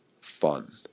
fun